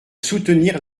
soutenir